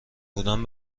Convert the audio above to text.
بودم